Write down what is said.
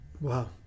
Wow